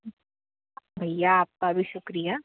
भैया आपका भी शुक्रिया